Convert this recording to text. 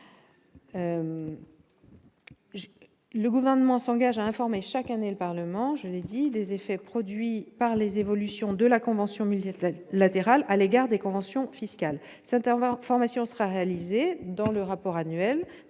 Le Gouvernement s'engage à informer chaque année le Parlement- je l'ai dit -des effets produits par les évolutions de la convention multilatérale à l'égard des conventions fiscales. Cette information sera délivrée dans le rapport annuel